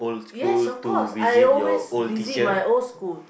yes of course I always visit my old school